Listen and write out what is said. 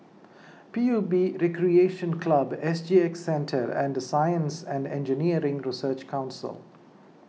P U B Recreation Club S G X Centre and Science and Engineering Research Council